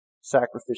sacrificial